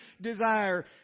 desire